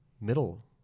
Middle